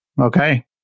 okay